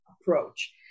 approach